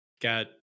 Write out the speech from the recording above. got